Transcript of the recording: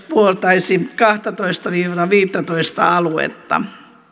puoltaisi kahtatoista viittätoista aluetta